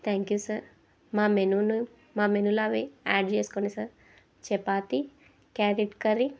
thank you sir మా మెనూను మా మెనూలో అవి యాడ్ చేసుకోండి సార్ చపాతి క్యారెట్ కర్రీ